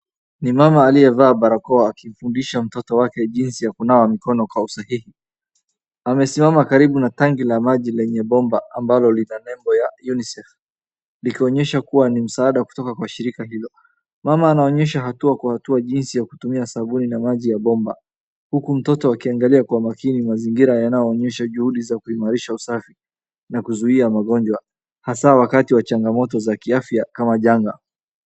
Ni mama aliyevaa barakoa akimfundisha mtoto wake jinsi ya kunawa mikono kwa usahihi. Amesimama karibu na tangi la maji lenye bomba ambalo lina nembo ya UNICEF, likonyesha kuwa ni msaada kutoka kwa shirika hilo. Mama anaonyesha hatua kwa hatua jinsi ya kutumia sabuni na maji ya bomba. Huku mtoto akiangalia kwa makini mazingira yanayoonyesha juhudi za kuimarisha usafi na kuzuia magonjwa, hasa wakati wa changamoto za kiafya kama janga.